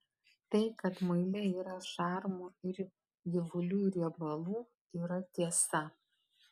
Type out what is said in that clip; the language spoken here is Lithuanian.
tai kad muile yra šarmų ir gyvulių riebalų yra tiesa